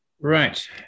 Right